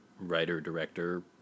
writer-director